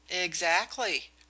Exactly